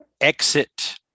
exit